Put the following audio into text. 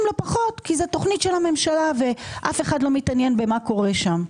לו פחות כי זו תוכנית של הממשלה ואף אחד לא מתעניין מה קורה שם.